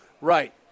Right